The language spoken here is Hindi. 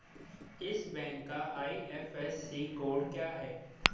इस बैंक का आई.एफ.एस.सी कोड क्या है?